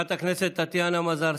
חברת הכנסת טטיאנה מזרסקי,